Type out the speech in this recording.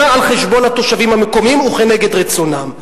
על חשבון התושבים המקומיים ונגד רצונם.